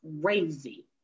crazy